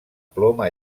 ploma